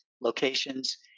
locations